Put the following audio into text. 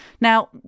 Now